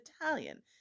italian